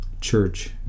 church